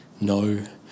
No